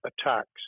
attacks